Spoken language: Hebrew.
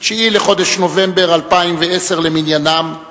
9 בחודש נובמבר 2010 למניינם,